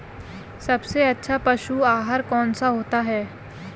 सबसे अच्छा पशु आहार कौन सा होता है?